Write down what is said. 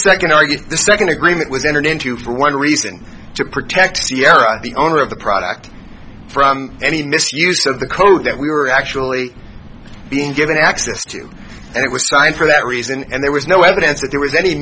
second i get the second agreement was entered into for one reason to protect the owner of the product from any misuse of the code that we were actually being given access to and it was signed for that reason and there was no evidence that there was any